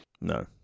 No